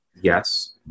Yes